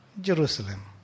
Jerusalem